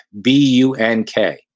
B-U-N-K